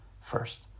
first